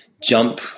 Jump